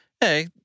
Hey